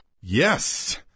Yes